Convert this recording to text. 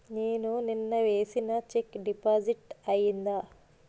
నేను నిన్న వేసిన చెక్ డిపాజిట్ అయిందా?